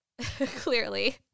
Clearly